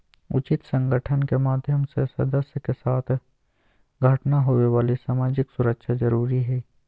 उचित संगठन के माध्यम से सदस्य के साथ घटना होवे वाली सामाजिक सुरक्षा जरुरी हइ